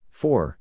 four